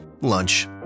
Lunch